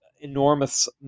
enormous